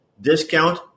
discount